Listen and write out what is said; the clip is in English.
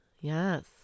Yes